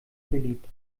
beliebt